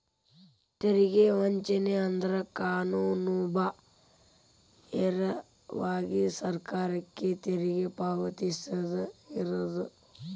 ತೆರಿಗೆ ವಂಚನೆ ಅಂದ್ರ ಕಾನೂನುಬಾಹಿರವಾಗಿ ಸರ್ಕಾರಕ್ಕ ತೆರಿಗಿ ಪಾವತಿಸದ ಇರುದು